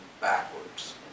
backwards